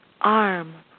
arm